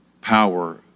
power